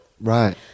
Right